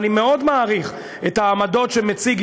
ואני מאוד מעריך את העמדות שמציג,